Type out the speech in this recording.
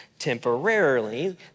temporarily